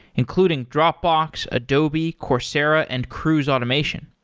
including dropbox, adobe, coursera and cruise automation.